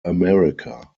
america